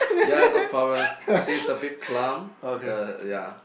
ya no problem she is a bit plump uh ya